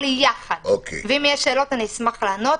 יחד, ואם יהיו שאלות אני אשמח לענות.